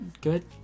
good